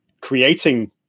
creating